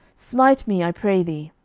smite me, i pray thee.